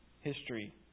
history